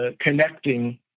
connecting